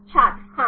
छात्र हाँ